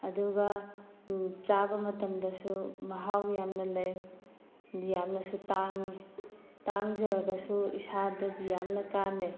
ꯑꯗꯨꯒ ꯆꯥꯕ ꯃꯇꯝꯗꯁꯨ ꯃꯍꯥꯎ ꯌꯥꯝꯅ ꯂꯩ ꯌꯥꯝꯅꯁꯨ ꯇꯥꯡꯉꯤ ꯇꯥꯡꯖꯔꯒꯁꯨ ꯏꯁꯥꯗꯗꯤ ꯌꯥꯝꯅ ꯀꯥꯟꯅꯩ